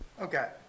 Okay